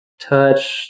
touch